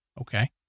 Okay